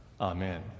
Amen